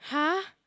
!huh!